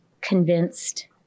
convinced